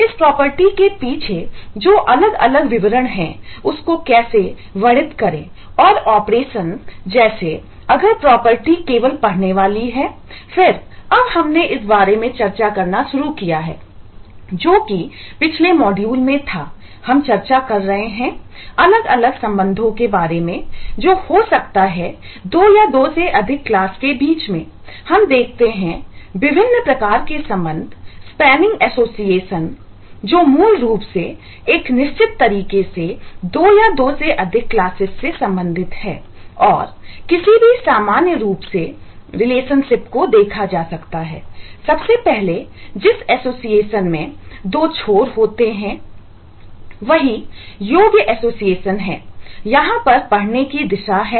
इस प्रॉपर्टीज है और किसी भी सामान्य रूप से रिलेशनशिप और N ary भी हो सकता है